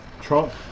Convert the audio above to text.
Trump